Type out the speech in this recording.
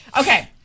okay